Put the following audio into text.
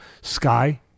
sky